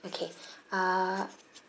okay uh